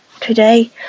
Today